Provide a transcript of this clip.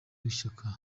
w’ishyaka